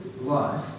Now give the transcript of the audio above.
life